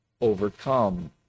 overcome